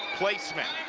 placement.